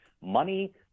money